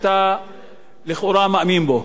שאתה לכאורה מאמין בו.